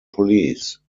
police